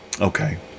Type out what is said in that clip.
okay